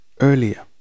earlier